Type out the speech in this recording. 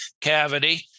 cavity